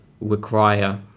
require